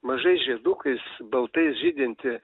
mažais žiedukais baltais žydintį